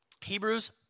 Hebrews